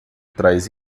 traz